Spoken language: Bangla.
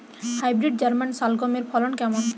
হাইব্রিড জার্মান শালগম এর ফলন কেমন?